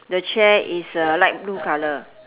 the chair is a light blue colour